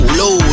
low